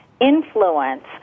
influence